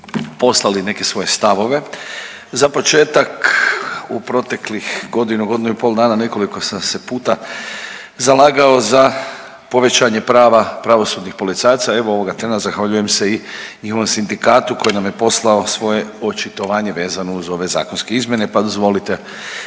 su mi neke svoje stavove. Za početak u proteklih godinu, godinu i pol dana nekoliko sam se puta zalagao za povećanje prava pravosudnih policajaca, evo ovoga trena zahvaljujem se i njihovom sindikatu koji je nam je poslao svoje očitovanje vezano uz ove zakonske izmjene